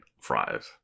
fries